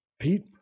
pete